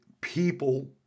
people